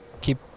keep